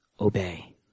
obey